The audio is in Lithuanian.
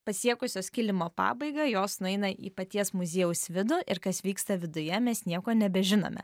pasiekusios kilimo pabaigą jos nueina į paties muziejaus vidų ir kas vyksta viduje mes nieko nebežinome